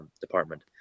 department